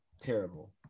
terrible